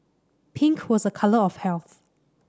pink was a colour of health